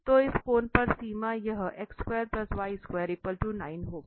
तो इस कोन पर सीमा यह होगी